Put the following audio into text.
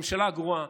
ממשלה גרועה,